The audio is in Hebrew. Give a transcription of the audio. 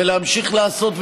ולהמשיך לעשות,